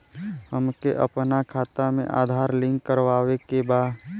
हमके अपना खाता में आधार लिंक करावे के बा?